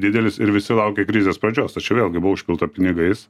didelis ir visi laukė krizės pradžios vėlgi buvo užpilta pinigais